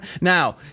Now